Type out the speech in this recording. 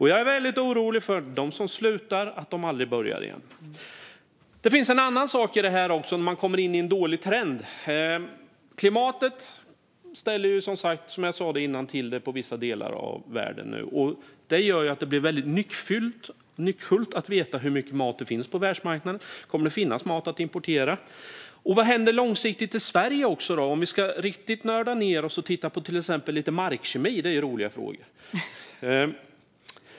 Jag är väldigt orolig för att de som slutar aldrig börjar igen. Det finns också en annan sak. Det är att man kommer in i en dålig trend. Klimatet ställer till det nu i vissa delar i världen, som jag sa innan. Det gör att det blir väldigt nyckfullt att veta hur mycket mat det finns på världsmarknaden. Kommer det att finnas mat att importera? Vad händer långsiktigt i Sverige? Om vi ska riktigt nörda ned oss kan vi till exempel titta på lite markkemi. Det är roliga frågor.